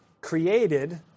created